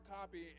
copy